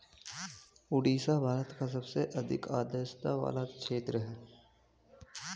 ओडिशा भारत का सबसे अधिक आद्रता वाला क्षेत्र है